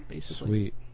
Sweet